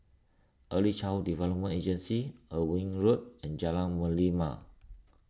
Early Child Development Agency Irving Road and Jalan Merlimau